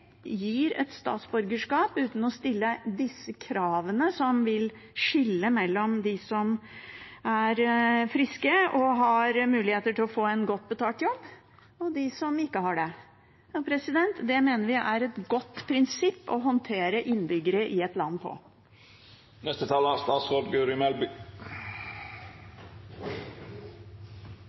gir et statsborgerskap uten å stille disse kravene, som vil skille mellom dem som er friske og har muligheter til å få en godt betalt jobb, og dem som ikke har det. Det mener vi er et godt prinsipp å håndtere innbyggere i et land etter. Jeg tok ordet fordi jeg synes det er